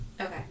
Okay